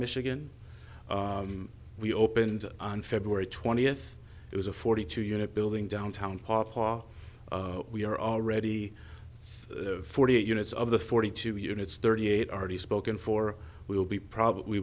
michigan we opened on february twentieth it was a forty two unit building downtown pawpaw we are already forty eight units of the forty two units thirty eight already spoken for we will be probably